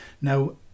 Now